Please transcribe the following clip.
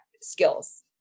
skills